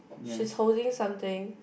she's holding something